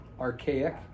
archaic